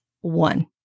one